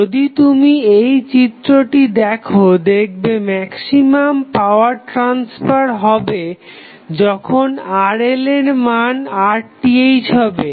যদি তুমি এই চিত্রটি দেখো দেখবে ম্যাক্সিমাম পাওয়ার ট্রাসফার হবে যখন RL এর মান RTh হবে